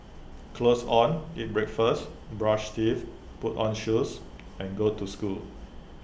clothes on eat breakfast brush teeth put on shoes and go to school